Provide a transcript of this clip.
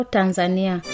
Tanzania